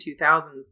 2000s